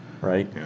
right